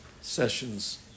sessions